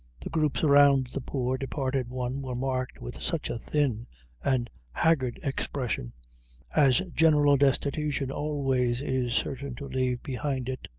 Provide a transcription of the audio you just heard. the groups around the poor departed one were marked with such a thin and haggard expression as general destitution always is certain to leave behind it.